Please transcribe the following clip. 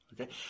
Okay